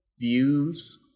views